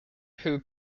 who